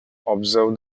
observe